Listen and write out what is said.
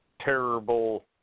terrible